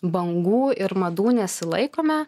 bangų ir madų nesilaikome